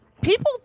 people